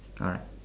alright